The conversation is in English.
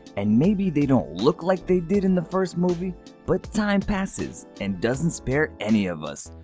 and maybe they don't look like they did in the first movie but time passes and doesn't spare any of us,